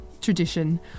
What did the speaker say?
tradition